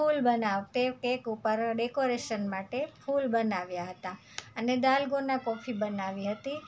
ફૂલ બનાવું તે કેક ઉપર ડેકોરેશન માટે ફૂલ બનાવ્યાં હતાં અને દાલગોના કોફી બનાવી હતી